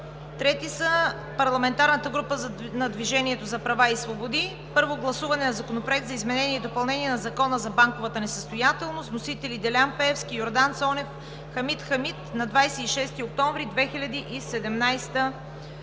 от парламентарната група на "Движението за права и свободи" – Първо гласуване на Законопроект за изменение и допълнение на Закона за банковата несъстоятелност. Вносители – Делян Пеевски, Йордан Цонев и Хамид Хамид на 26 октомври 2017 г.